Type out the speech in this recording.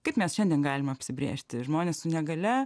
kaip mes šiandien galim apsibrėžti žmonės su negalia